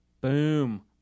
Boom